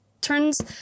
turns